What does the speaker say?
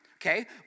okay